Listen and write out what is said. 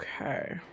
Okay